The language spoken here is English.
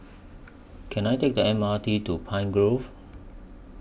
Can I Take The M R T to Pine Grove